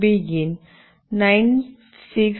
begin Serial